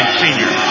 senior